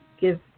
give